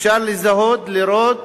אפשר לזהות, לראות